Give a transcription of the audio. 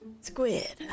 squid